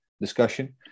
discussion